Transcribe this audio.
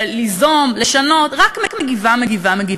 ליזום, לשנות, רק מגיבה, מגיבה, מגיבה.